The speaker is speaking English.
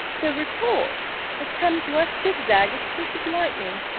the report has come to us zigzag as quick as lightning,